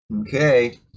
Okay